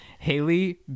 Haley